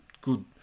good